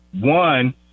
one